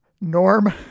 Norm